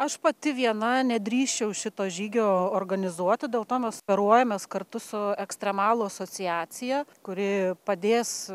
aš pati viena nedrįsčiau šito žygio organizuoti dėl to mes operuojames kartu su ekstremalų asociacija kuri padės